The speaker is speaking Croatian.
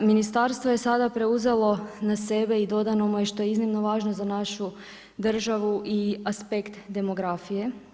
Ministarstvo je sada preuzelo na sebe i dodano mu je što je iznimno važno za našu državu i aspekt demografije.